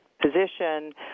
position